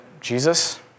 Jesus